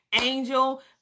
Angel